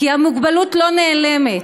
כי המוגבלות לא נעלמת,